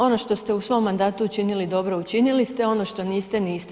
Ono što ste u svom mandatu učinili dobro učinili ste, ono što niste niste.